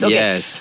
yes